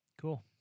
Cool